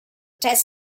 test